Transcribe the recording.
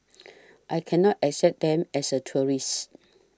I can not accept them as a tourist